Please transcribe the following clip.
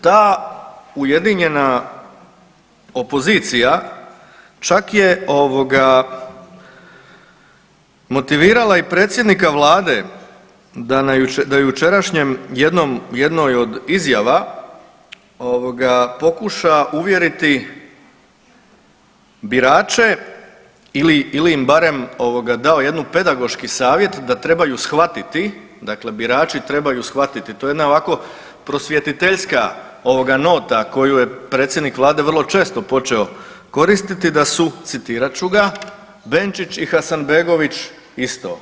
Ta ujedinjena opozicija čak je ovoga motivirala i predsjednika Vlada da na jučerašnjem, da jučerašnjem jednom, u jednoj od izjava pokuša uvjeriti birače ili im barem dao jednu pedagoški savjet da trebaju shvatiti, dakle birači trebaju shvatiti, to je jedna ovako prosvjetiteljska ovoga nota koju je predsjednik Vlade vrlo često početo koristiti da su, citirat ću ga Benčić i Hasanbegović isto.